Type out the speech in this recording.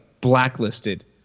blacklisted